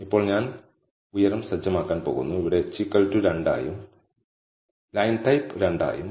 ഇപ്പോൾ ഞാൻ ഉയരം സജ്ജമാക്കാൻ പോകുന്നു ഇവിടെ h2 ആയും ലൈൻ ടൈപ്പ് 2 ആയും